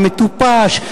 המטופש,